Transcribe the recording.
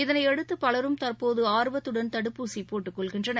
இதனையடுத்து பலரும் தற்போது ஆர்வத்துடன் தடுப்பூசி போட்டுக்கொள்கின்றனர்